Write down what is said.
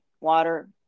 water